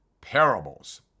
parables